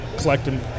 collecting